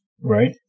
Right